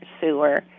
sewer